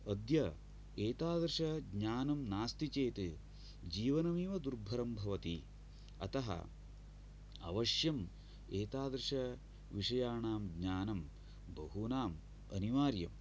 अद्य एतादृश ज्ञानं नास्ति चेत् जीवनमेव दुर्भरं भवति अतः अवश्यं एतादृशविषयाणां ज्ञानं बहूनाम् अनिवार्य